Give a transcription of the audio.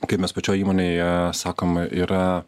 kaip mes pačioj įmonėje sakom yra